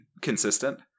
consistent